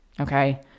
Okay